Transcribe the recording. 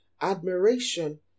admiration